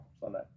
Sunday